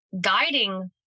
guiding